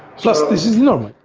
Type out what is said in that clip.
plus this is normal.